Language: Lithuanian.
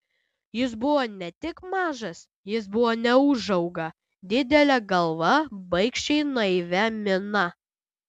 jis buvo ne tik mažas jis buvo neūžauga didele galva baikščiai naivia mina